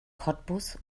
cottbus